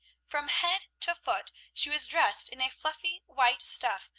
from head to foot she was dressed in a fluffy white stuff,